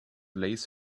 lace